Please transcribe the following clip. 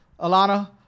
Alana